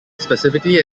specifically